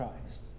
Christ